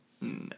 no